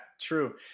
True